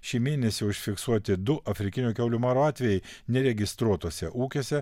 šį mėnesį užfiksuoti du afrikinio kiaulių maro atvejai neregistruotuose ūkiuose